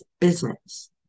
business